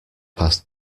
passed